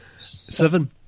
seven